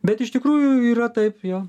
bet iš tikrųjų yra taip jo